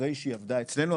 אחרי שהיא עבדה אצלנו,